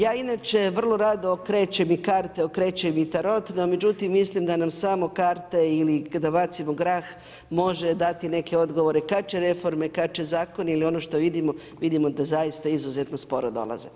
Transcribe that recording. Ja inače vrlo rado okrećem i karte okrećem i tarot, no međutim mislim da nam samo karte ili da bacimo grah može dati neke odgovore kad će reforme, kad će zakoni ili ono što vidimo, vidimo da zaista izuzetno sporo dolaze.